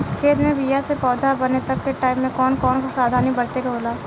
खेत मे बीया से पौधा बने तक के टाइम मे कौन कौन सावधानी बरते के होला?